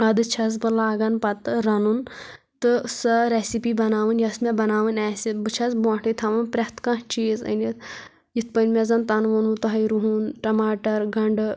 ادٕ چھَس بہٕ لاگان پتہٕ رنُن تہٕ سۄ ریسِپی بناوٕنۍ یۄس مےٚ بناوِن آسہِ بہٕ چھَس برونٹھٕے تھاوان پریتھ کانٛہہ چیٖز أنِتھ یِتھ پٲٹھی مےٚ زن تنہٕ ووٚنوٕ تۄہہِ رُہن ٹماٹر گنڈٕ